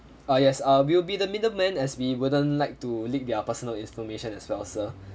ah yes uh we will be the middleman as we wouldn't like to leak their personal information as well sir